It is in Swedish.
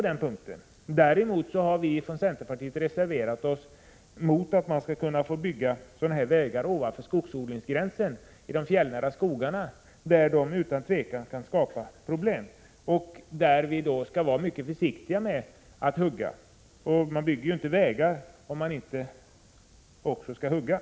Däremot har vi från centerpartiet reserverat oss mot att man skulle bygga sådana här vägar ovanför skogsodlingsgränsen, i de fjällnära skogarna där de utan tvivel kan skapa problem. Där skall vi vara mycket försiktiga med att hugga, och man bygger ju inte vägar om man inte också skall hugga.